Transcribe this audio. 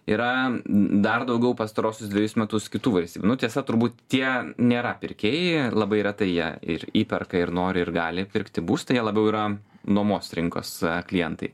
yra dar daugiau pastaruosius dvejus metus kitų valstybių nu tiesa turbūt tie nėra pirkėjai labai retai jie ir įperka ir nori ir gali pirkti būstą jie labiau yra nuomos rinkos klientai